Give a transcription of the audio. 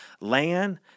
land